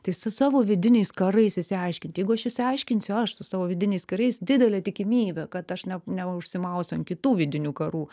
tai su savo vidiniais karais išsiaiškinti jeigu aš išsiaiškinsiu aš su savo vidiniais karais didelė tikimybė kad aš ne neužsimausiu ant kitų vidinių karų